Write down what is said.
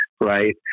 Right